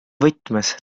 võtmes